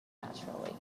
naturally